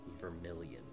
vermilion